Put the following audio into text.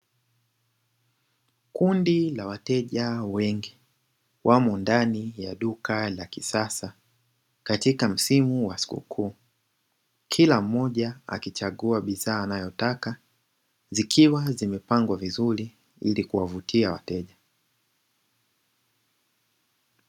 Kundi la wateja wengi wamo ndani ya duka la kisasa katika msimu wa sikukuu, kila mmoja akichagua bidhaa anazotaka zikiwa zimepangwa vizuri ili kuwavutia wateja.